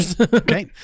Okay